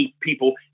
people